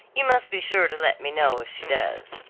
you must be sure to let me know if she does.